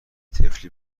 طفلی